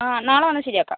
ആ നാളെ വന്നാൽ ശരി ആക്കാം